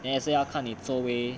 then 也是要看你作为